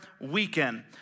weekend